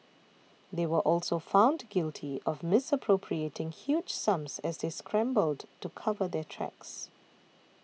they were also found guilty of misappropriating huge sums as they scrambled to cover their tracks